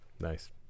Nice